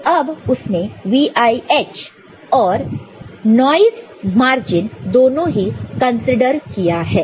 तो अब उसने VIH और नॉइस मार्जिन दोनों ही कंसीडर किया है